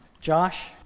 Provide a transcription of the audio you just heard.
Josh